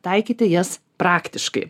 taikyti jas praktiškai